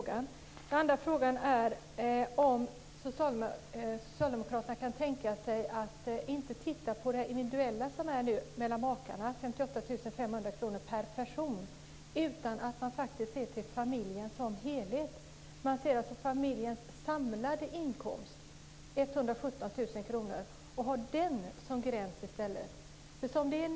Min andra fråga är om socialdemokraterna kan tänka sig att inte se på makarna individuellt, vilket innebär 58 500 kr per person, utan se till familjen som helhet, dvs. till familjens samlade inkomst, och i stället ha 117 000 kr som gräns.